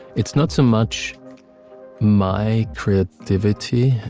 it's not so much my creativity.